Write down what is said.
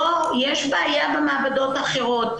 בוא, יש בעיה במעבדות האחרות.